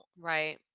Right